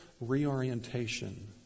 reorientation